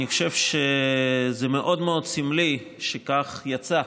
אני חושב שזה מאוד מאוד סמלי, כך יצא,